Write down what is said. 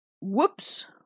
whoops